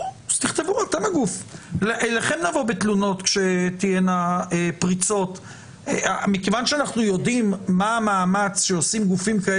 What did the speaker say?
כבר בדיונים הקודמים על חלק מהתנאים ועכשיו אנחנו מוסיפים על